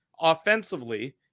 offensively